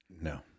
No